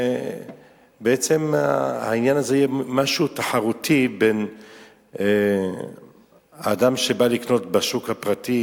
ובעצם העניין הזה יהיה משהו תחרותי בין האדם שבא לקנות בשוק הפרטי,